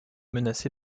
menacée